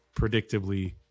predictably